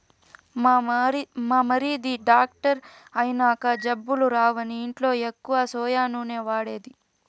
మా మరిది డాక్టర్ అయినంక జబ్బులు రావని ఇంట్ల ఎక్కువ సోయా నూనె వాడేది